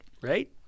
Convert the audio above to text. Right